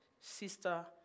sister